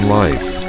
life